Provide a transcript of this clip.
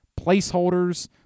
placeholders